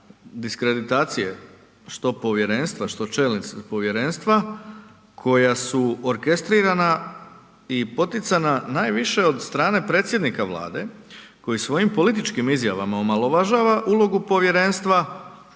diskreditacije što povjerenstva što čelnici povjerenstva koja su orkestrirana i poticana najviše od strane predsjednika Vlade koji svojim političkim izjavama omalovažava ulogu povjerenstva,